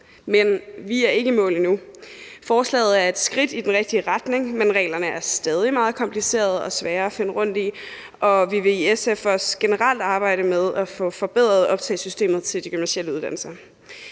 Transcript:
Men vi er ikke i mål endnu. Forslaget er et skridt i den rigtige retning, men reglerne er stadig meget komplicerede og svære at finde rundt i, og vi vil i SF også generelt arbejde med at få forbedret optagesystemet til de gymnasiale uddannelser.